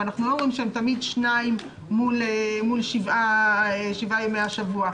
ואנחנו לא אומרים שהם תמיד שניים מול שבעת ימי השבוע,